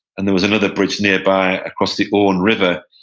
and there was another bridge nearby across the orne river.